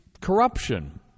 corruption